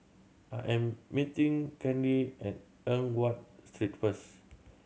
I am meeting Kandy at Eng Watt Street first